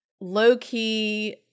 low-key